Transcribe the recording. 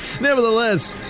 nevertheless